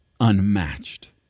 Unmatched